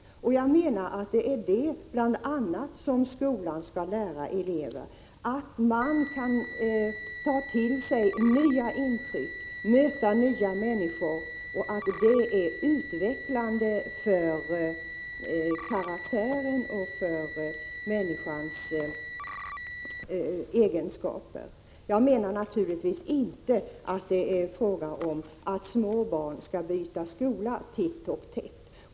Skolan skall lära eleverna att det är utvecklande för karaktären och för människans egenskaper att kunna ta till sig nya intryck och att möta nya människor. Det är naturligtvis inte fråga om att små barn skall byta skola titt och tätt.